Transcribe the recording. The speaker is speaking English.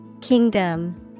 Kingdom